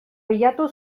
bilatu